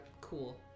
cool